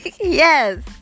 yes